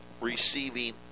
receiving